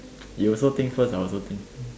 you also think first I also think